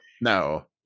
no